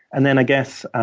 and then i guess